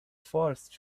forced